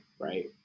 right